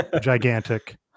gigantic